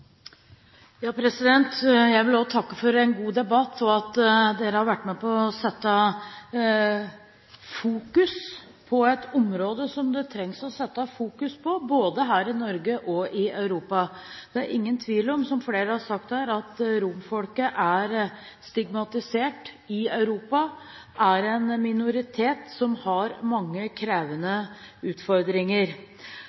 Jeg vil også takke for en god debatt og for at dere har vært med på å fokusere på et område som det trengs at man fokuserer på, både her i Norge og i Europa. Det er ingen tvil om – som flere har sagt her – at romfolket er stigmatisert i Europa. Det er en minoritet som har mange krevende